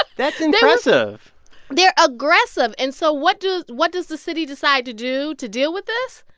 that's impressive they're aggressive. and so what does what does the city decide to do to deal with this?